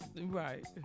right